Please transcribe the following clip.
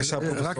בבקשה, פרופ' הראל.